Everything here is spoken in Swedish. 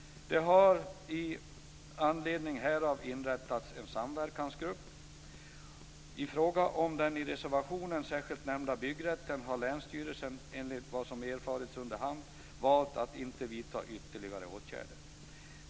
Det har i anledning härav inrättats en samverkansgrupp. I fråga om den i reservationen särskilt nämnda byggrätten har länsstyrelsen, enligt vad som erfarits under hand, valt att inte vidta ytterligare åtgärder.